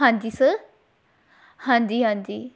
ਹਾਂਜੀ ਸਰ ਹਾਂਜੀ ਹਾਂਜੀ